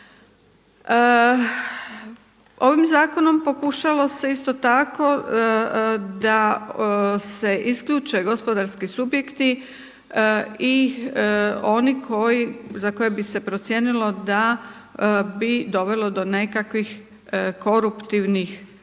Ovim zakonom pokušalo se isto tako da se isključe gospodarski subjekti i oni koji, za koje bi se procijenilo da bi dovelo do nekakvih koruptivnih